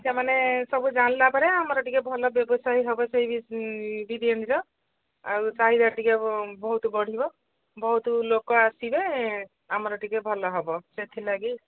ସେମାନେ ସବୁ ଜାଣିଲା ପରେ ଆମର ଟିକେ ଭଲ ବ୍ୟବସାୟ ହେବ ସେଇ ବିରିୟାନୀର ଆଉ ଚାହିଦା ଟିକେ ବହୁତ ବଢ଼ିବ ବହୁତ ଲୋକ ଆସିବେ ଆମର ଟିକେ ଭଲ ହେବ ସେଥିଲାଗି